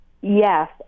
Yes